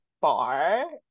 bar